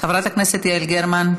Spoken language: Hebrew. חברת הכנסת יעל גרמן,